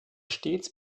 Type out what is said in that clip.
stets